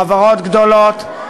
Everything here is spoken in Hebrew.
חברות גדולות,